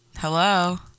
Hello